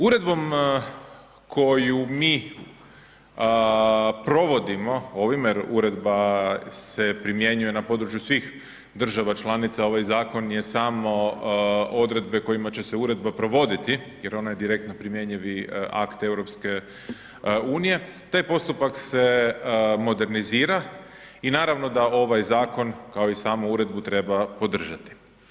Uredbom koju mi provodimo, ovime uredba se primjenjuje na području svih država članica, ovaj zakon je samo odredbe kojima će se uredba provoditi jer ona je direktno primjenjivi akt EU-a, taj postupak se modernizira i naravno da ovaj zakon kao i samu uredbu treba podržati.